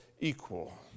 equal